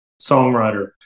songwriter